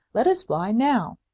let us fly now.